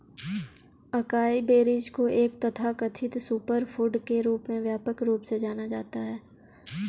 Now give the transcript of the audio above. acai berries को एक तथाकथित सुपरफूड के रूप में व्यापक रूप से जाना जाता है